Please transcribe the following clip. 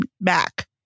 back